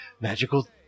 magical